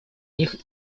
них